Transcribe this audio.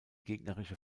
gegnerische